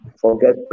forget